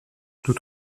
tout